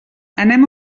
anem